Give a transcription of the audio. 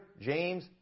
James